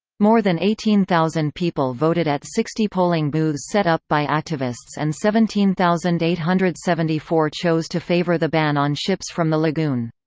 more than eighteen thousand people voted at sixty polling booths set up by activists and seventeen thousand eight hundred and seventy four chose to favor the ban on ships from the lagoon.